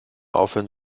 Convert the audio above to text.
aufhören